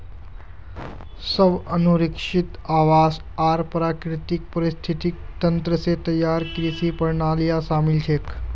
स्व अनुरक्षित आवास आर प्राकृतिक पारिस्थितिक तंत्र स तैयार कृषि प्रणालियां शामिल छेक